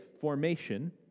formation